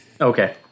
Okay